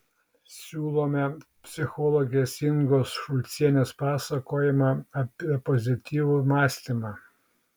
siūlome psichologės ingos šulcienės pasakojimą apie pozityvų mąstymą